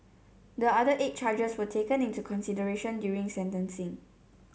the other eight charges were taken into consideration during sentencing